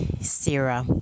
Sarah